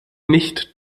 nicht